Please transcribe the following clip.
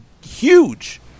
huge